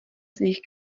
svých